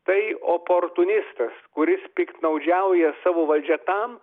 tai oportunistas kuris piktnaudžiauja savo valdžia tam